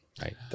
right